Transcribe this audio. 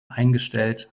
eingestellt